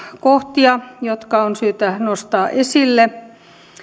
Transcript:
kohtia jotka on syytä nostaa esille